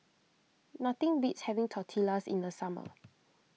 nothing beats having Tortillas in the summer